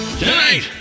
Tonight